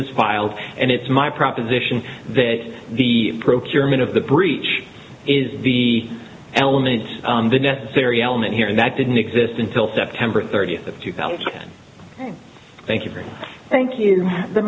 is filed and it's my proposition that the procurement of the breech is the element the necessary element here and that didn't exist until september thirtieth of two thousand thank you very thankful the